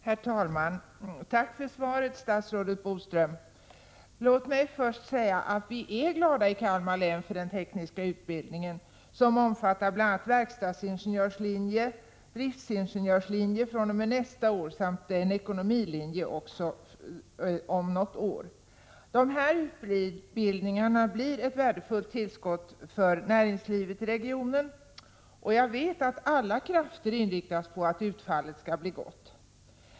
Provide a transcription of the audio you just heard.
Herr talman! Tack för svaret, statsrådet Bodström! Låt mig först säga att vi är glada i Kalmar län för den tekniska utbildningen, som omfattar bl.a. verkstadsingenjörslinje, driftsingenjörslinje fr.o.m. nästa år samt en ekonomilinje, också om något år. Dessa utbildningar blir ett värdefullt tillskott för näringslivet i regionen. Jag vet att alla krafter inriktas på att utfallet skall bli gott.